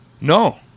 no